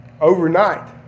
overnight